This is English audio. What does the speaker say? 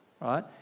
right